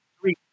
Three